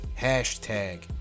hashtag